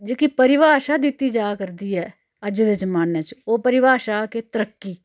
जेह्की परिभाशा दित्ती जा करदी ऐ अज्ज दे जमान्ने च ओह् परिभाशा कि तरक्की